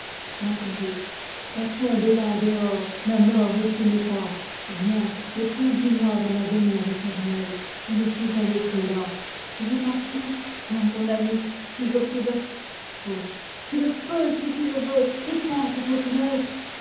marguerite la tombe est là dehors la mort épie mes pas viens mais conduis-moi dans la demeure éternelle je ne puis aller que là tu veux partir oh mon ami si je pouvais faust tu le peux si tu le veux les portes sont ouvertes